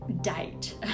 date